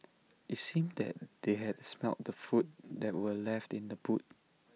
IT seemed that they had smelt the food that were left in the boot